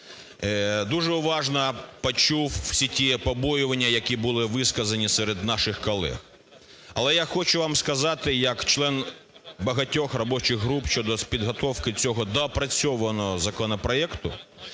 Дуже уважно почув всі ті побоювання, які були висловлені серед наших колег. Але я хочу вам сказати як член багатьох робочих груп щодо підготовки цього доопрацьованого законопроекту,